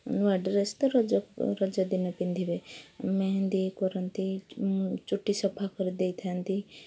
ନୂଆ ଡ୍ରେସ୍ ତ ରଜ ରଜଦିନ ପିନ୍ଧିବେ ମେହେନ୍ଦି କରନ୍ତି ଚୁଟି ସଫା କରିଦେଇଥାନ୍ତି